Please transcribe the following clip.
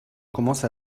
commence